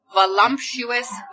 voluptuous